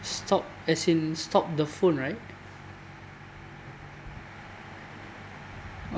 stop as in stop the phone right